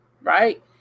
Right